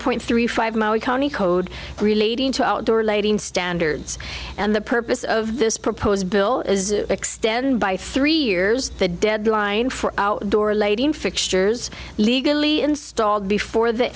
point three five maui county code relating to outdoor lighting standards and the purpose of this proposed bill is extend by three years the deadline for outdoor lighting fixtures legally installed before the